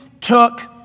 took